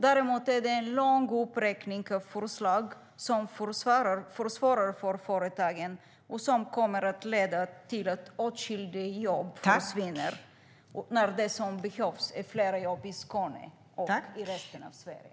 Däremot är det en lång uppräkning av förslag som försvårar för företagen och som kommer att leda till att åtskilliga jobb försvinner när det som behövs är fler jobb i Skåne och resten av Sverige.